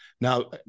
now